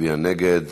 להצביע נגד.